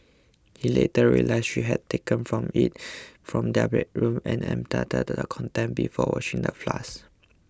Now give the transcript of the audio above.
he later realised she had taken from it from their bedroom and emptied the contents before washing the flask